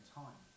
time